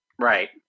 Right